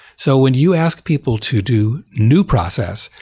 so when you ask people to do new process,